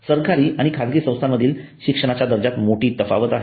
सरकारी आणि खासगी संस्थांमधील शिक्षणाच्या दर्जात मोठी तफावत आहे